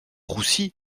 roussi